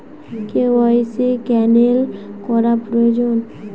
KYC cancel করা প্রয়োজন?